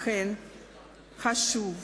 לכן חשוב,